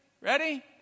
Ready